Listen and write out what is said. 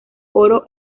oro